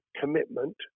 commitment